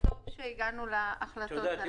וטוב שהגענו להחלטות הללו.